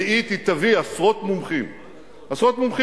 רביעית, היא תביא עשרות מומחים מקצועיים,